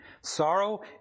Sorrow